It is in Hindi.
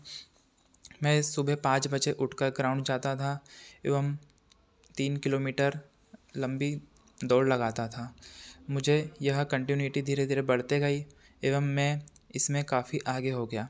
मैं सुबह पाँच बजे उठकर ग्राउंड जाता था एवं तीन किलो मीटर लंबी दौड़ लगाता था मुझे यह कंटिन्यूटी धीरे धीरे बढ़ते गई एवं मैं इसमें काफ़ी आगे हो गया